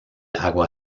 agua